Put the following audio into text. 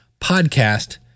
podcast